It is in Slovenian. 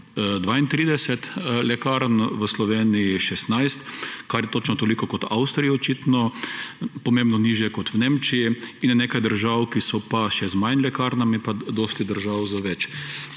32 lekarn, v Sloveniji 16, kar je točno toliko kot v Avstriji očitno, pomembno nižje kot v Nemčiji in je nekaj držav, ki so pa še z manj lekarnami pa dosti držav z več.